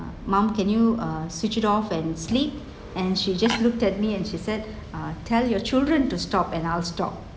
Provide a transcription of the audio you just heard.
mom can you switch it off and sleep and she just looked at me and she said ah tell your children to stop and I'll stop